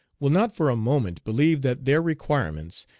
will not for a moment believe that their requirements,